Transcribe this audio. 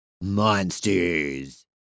monsters